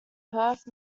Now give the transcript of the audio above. perth